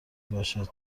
باشد